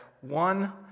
one